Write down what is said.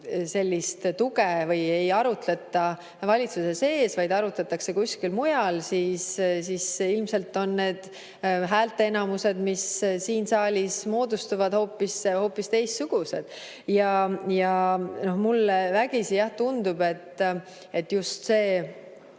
otsita tuge või ei arutleta valitsuse sees, vaid arutatakse kuskil mujal, siis ilmselt on need häälteenamused, mis siin saalis moodustuvad, hoopis teistsugused. Mulle vägisi jah tundub, et just teine